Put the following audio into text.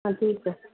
हा ठीकु आहे